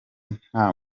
nta